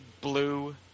blue